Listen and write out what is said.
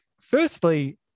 firstly